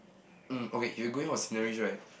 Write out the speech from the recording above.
hmm okay you're going for sceneries right